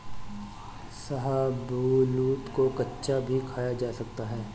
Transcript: शाहबलूत को कच्चा भी खाया जा सकता है